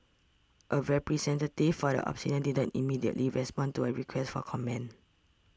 a representative for Obsidian didn't immediately respond to a request for comment